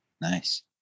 nice